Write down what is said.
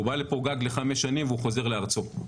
הוא בא לפה גג לחמש שנים והוא חוזר לארצו.